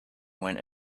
went